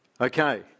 Okay